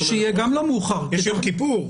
יש יום כיפור.